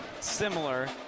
similar